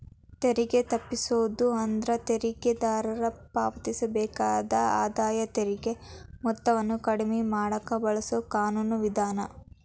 ತೆರಿಗೆ ತಪ್ಪಿಸೋದು ಅಂದ್ರ ತೆರಿಗೆದಾರ ಪಾವತಿಸಬೇಕಾದ ಆದಾಯ ತೆರಿಗೆ ಮೊತ್ತವನ್ನ ಕಡಿಮೆ ಮಾಡಕ ಬಳಸೊ ಕಾನೂನು ವಿಧಾನ